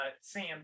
Sam